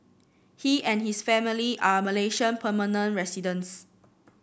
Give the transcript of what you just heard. he and his family are Malaysian permanent residents